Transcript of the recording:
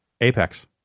apex